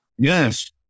Yes